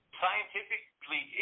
scientifically